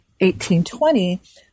1820